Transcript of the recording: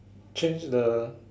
change the